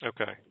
Okay